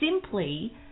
simply